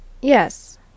Yes